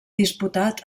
disputat